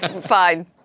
Fine